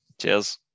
Cheers